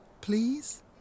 Please